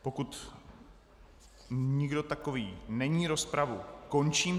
Pokud nikdo takový není, rozpravu končím.